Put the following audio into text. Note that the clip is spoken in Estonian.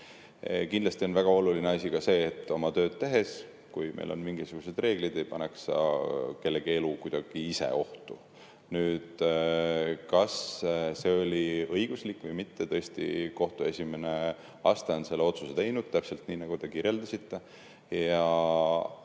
Kindlasti on väga oluline ka see, et oma tööd tehes, kui meil on mingisugused reeglid, ei paneks sa kellegi elu kuidagi ise ohtu. Kas see [otsus] oli õiguslik või mitte – tõesti, kohtu esimene aste on selle otsuse teinud täpselt nii, nagu te kirjeldasite.